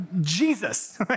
Jesus